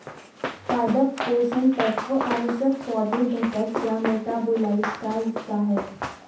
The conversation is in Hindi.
पादप पोषण तत्व आवश्यक पौधे घटक या मेटाबोलाइट का हिस्सा है